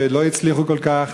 ולא הצליחו כל כך,